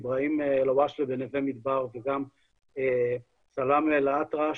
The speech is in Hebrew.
איברהים אלהואשלה בנווה מדבר וגם סלאמה אלאטרש,